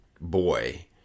boy